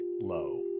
low